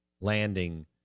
landing